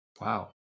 Wow